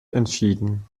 entschieden